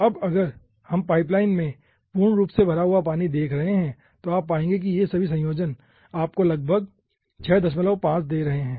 अब अगर हम पाइपलाइन में पूर्ण रूप से भरा हुआ पानी रख रहे हैं तो आप पाएंगे कि ये सभी संयोजन आपको लगभग 65 दे रहे है